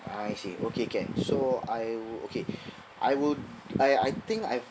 I see okay can so I will okay I will I I think I